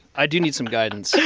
i do need some guidance,